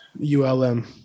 ULM